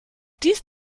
dies